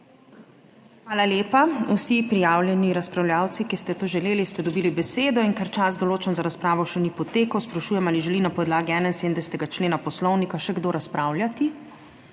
Hvala lepa. Vsi prijavljeni razpravljavci, ki ste to želeli ste dobili besedo In ker čas določen za razpravo še ni potekel, sprašujem, ali želi na podlagi 71. člena Poslovnika še kdo razpravljati?